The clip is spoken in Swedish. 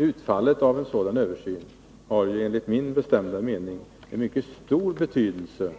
Utfallet av en sådan översyn har enligt min bestämda mening mycket stor betydelse